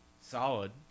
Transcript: solid